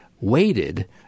waited